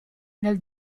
nel